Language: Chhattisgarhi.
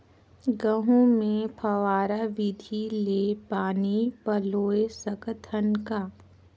गहूं मे फव्वारा विधि ले पानी पलोय सकत हन का?